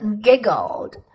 giggled